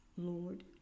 Lord